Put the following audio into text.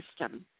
system